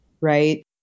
right